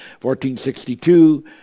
1462